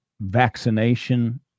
vaccination